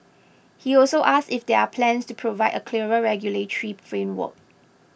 he also asked if there are plans to provide a clearer regulatory framework